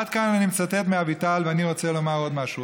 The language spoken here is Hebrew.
עד כאן אני מצטט מאביטל, ואני רוצה לומר עוד משהו.